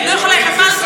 לא יכול להיות.